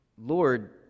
Lord